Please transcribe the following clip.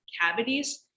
cavities